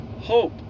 hope